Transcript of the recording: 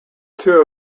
two